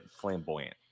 flamboyant